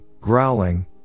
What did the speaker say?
growling